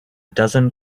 dozen